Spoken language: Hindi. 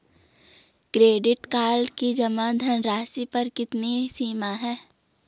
क्रेडिट कार्ड की जमा धनराशि पर कितनी सीमा है?